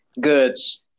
goods